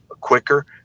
quicker